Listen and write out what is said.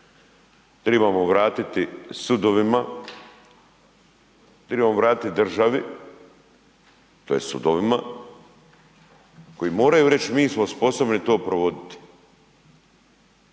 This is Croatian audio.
trebamo vratiti državi tj. sudovima koji moraju reći mi smo sposobni to provoditi.